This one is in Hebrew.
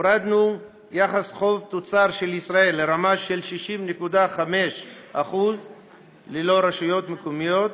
הורדנו את יחס החוב תוצר של ישראל לרמה של 60.5% ללא רשויות מקומיות,